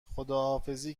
خداحافظی